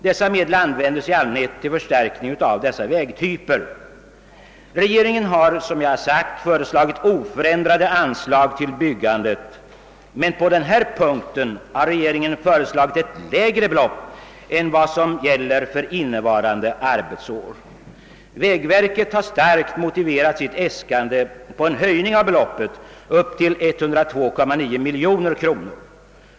Detta anslag användes i allmänhet till förstärkning av dessa vägtyper. Regeringen har som sagt föreslagit oförändrade anslag för byggandet, men på denna punkt har den föreslagit ett lägre belopp än vad som gäller för innevarande arbetsår. Vägverket har starkt motiverat sitt äskande på en höjning av beloppet upp till 102,9 miljoner kronor.